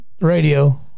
radio